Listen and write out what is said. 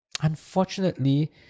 Unfortunately